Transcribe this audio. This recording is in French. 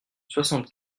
soixante